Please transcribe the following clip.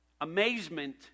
Amazement